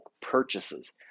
purchases